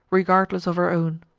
regardless of her own.